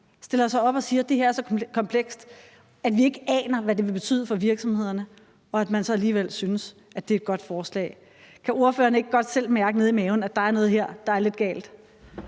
stiller sig op og siger, at det her er så komplekst, at man ikke aner, hvad det vil betyde for virksomhederne, og at man så alligevel synes, at det er et godt forslag. Kan ordføreren ikke godt selv mærke nede i maven, at der er noget her, der er lidt galt?